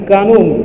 Kanum